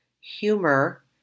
humor